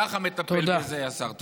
ככה מטפל בזה השר.